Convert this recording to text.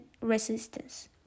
resistance